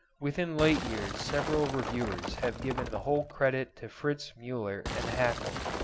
within late years several reviewers have given the whole credit to fritz muller and hackel,